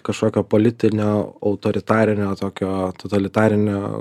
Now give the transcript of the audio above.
kažkokio politinio autoritarinio tokio totalitarinio